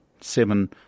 seven